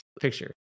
picture